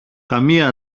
καμιά